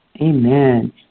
Amen